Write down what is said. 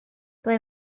ble